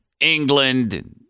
England